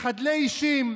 חדלי אישים,